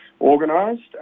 organised